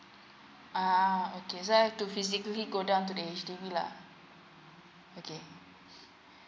uh okay so I have to physically go down to the H_D_B lah okay